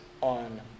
on